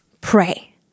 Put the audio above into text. pray